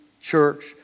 church